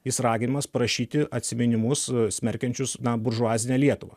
jis raginamas parašyti atsiminimus smerkiančius na buržuazinę lietuvą